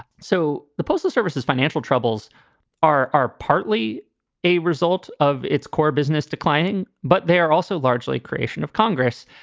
so the postal service's financial troubles are are partly a result of its core business declining, but they are also largely a creation of congress.